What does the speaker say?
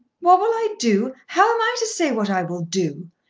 what will i do? how am i to say what i will do?